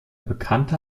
bekannte